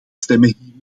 stemmen